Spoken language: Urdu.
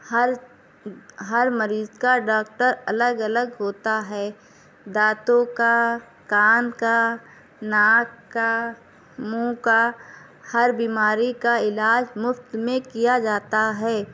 ہر ہر مریض کا ڈاکٹر الگ الگ ہوتا ہے دانتوں کا کان کا ناک کا منہ کا ہر بیماری کا علاج مفت میں کیا جاتا ہے